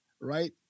right